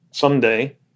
Someday